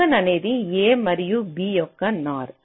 G1 అనేది a మరియు b యొక్క NOR